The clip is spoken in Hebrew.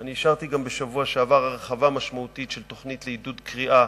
אני אישרתי גם בשבוע שעבר הרחבה משמעותית של תוכנית לעידוד קריאה